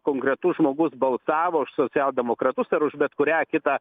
konkretus žmogus balsavo už socialdemokratus ar už bet kurią kitą